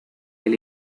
del